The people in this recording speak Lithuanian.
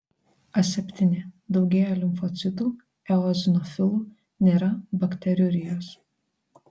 aseptinė daugėja limfocitų eozinofilų nėra bakteriurijos